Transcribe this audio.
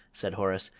said horace,